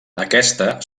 aquesta